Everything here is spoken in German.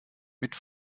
mit